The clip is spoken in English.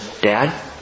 Dad